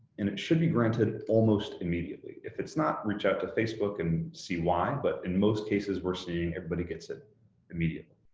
and it should be granted almost immediately. if it's not, reach out to facebook and see why, but in most cases, we're seeing everybody gets it immediately.